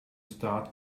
start